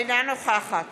אינה נוכחת